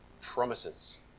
promises